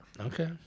Okay